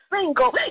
single